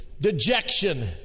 dejection